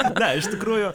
ne iš tikrųjų